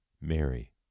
Mary